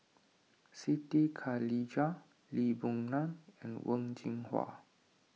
Siti Khalijah Lee Boon Ngan and Wen Jinhua